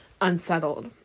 unsettled